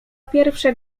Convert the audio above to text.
pierwsze